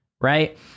right